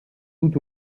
tout